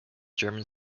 german